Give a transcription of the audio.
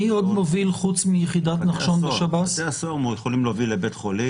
זה יקרה עם 100% מימוש של ה-VC וגם עם 50%. אני מסכים לגבי מערך